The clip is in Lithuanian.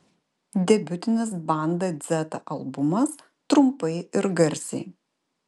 debiutinis banda dzeta albumas trumpai ir garsiai